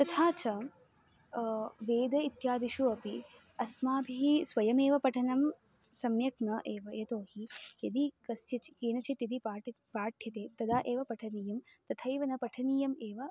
तथा च वेदे इत्यादिषु अपि अस्माभिः स्वयमेव पठनं सम्यक् न एव यतो हि यदि कस्यचित् केनचित् यदि पाटि पाठ्यते तदा एव पठनीयं तथैव न पठनीयम् एव